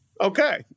okay